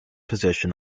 position